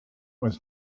was